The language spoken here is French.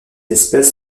espèce